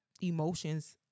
emotions